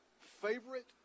favorite